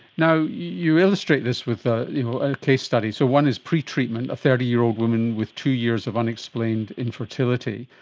you illustrate this with a you know and case study. so one is pre-treatment, a thirty year old woman with two years of unexplained infertility.